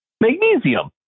Magnesium